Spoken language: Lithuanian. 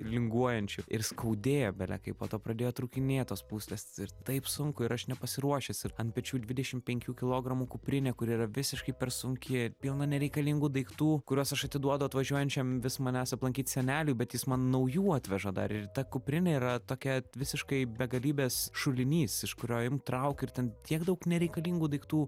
linguojančių ir skaudėjo bele kaip po to pradėjo trūkinėt tos pūslės ir taip sunku ir aš nepasiruošęs ir ant pečių dvidešim penkių kilogramų kuprinė kuri yra visiškai per sunki pilna nereikalingų daiktų kuriuos aš atiduodu atvažiuojančiam vis manęs aplankyt seneliui bet jis man naujų atveža dar ir ta kuprinė yra tokia visiškai begalybės šulinys iš kurio imk trauk ir ten tiek daug nereikalingų daiktų